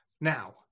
now